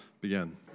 begin